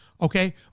okay